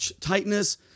tightness